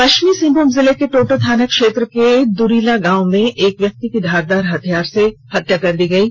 पश्चिमी सिंहभूम जिले के टोंटो थाना क्षेत्र के दूरीला गांव में एक व्यक्ति की धारदार हथियार से हत्या कर दी गई है